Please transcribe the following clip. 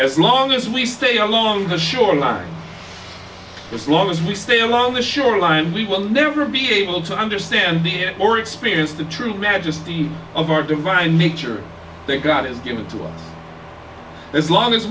as long as we stay along the shoreline this long as we stay along the shoreline we will never be able to understand the air or experience the true majesty of our divine nature they got is given to us as long as